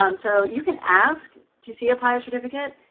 um so you can ask to see a pilot's certificate,